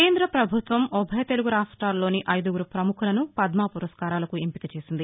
కేంద్ర ప్రభుత్వం ఉభయ తెలుగు రాష్టాల్లోని ఐదుగురు ప్రముఖులను పద్మా పురస్మారాలకు ఎంపికచేసింది